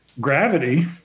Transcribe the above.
Gravity